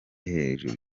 hejuru